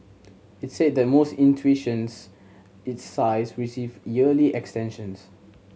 it said that most institutions its size receive yearly extensions